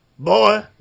Boy